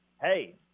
hey